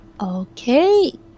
Okay